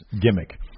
gimmick